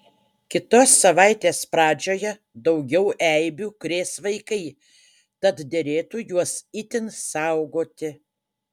kitos savaitės pradžioje daugiau eibių krės vaikai tad derėtų juos itin saugoti